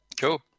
Cool